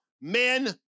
Men